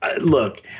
look